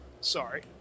Sorry